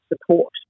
support